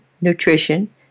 nutrition